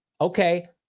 okay